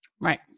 Right